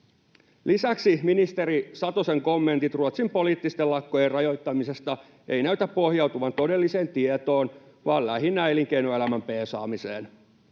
Lisäksi ministeri Satosen kommentit Ruotsin poliittisten lakkojen rajoittamisesta eivät näytä pohjautuvan todelliseen tietoon vaan lähinnä elinkeinoelämän peesaamiseen.